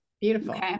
beautiful